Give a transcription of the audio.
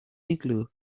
igloo